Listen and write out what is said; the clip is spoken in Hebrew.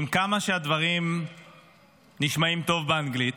עם כמה שהדברים נשמעים טוב באנגלית,